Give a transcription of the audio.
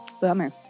Bummer